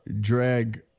drag